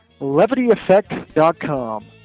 LevityEffect.com